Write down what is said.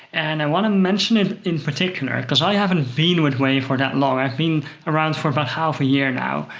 and i want to mention it in particular because i haven't been with wai for that long i've been around for about half a year now,